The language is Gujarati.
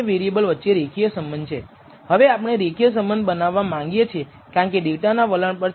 એ જ રીતે તમે તેના તફાવતથી β0 માટે 95 ટકા કોન્ફિડન્સ ઈન્ટર્વલસ બનાવી શકો છો